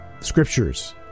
scriptures